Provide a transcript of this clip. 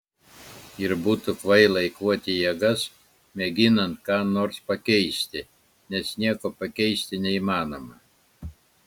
ir būtų kvaila eikvoti jėgas mėginant ką nors pakeisti nes nieko pakeisti neįmanoma